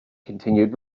continued